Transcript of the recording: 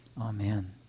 Amen